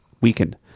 weakened